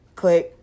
click